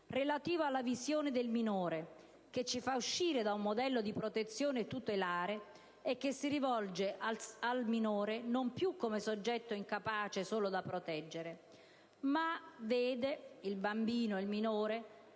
relativo alla visione del minore, che ci fa uscire da un modello di protezione tutelare e che guarda al bambino, non più come soggetto incapace, solo da proteggere, non più come un *minus